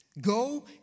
Go